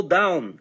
down